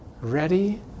ready